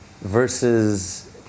versus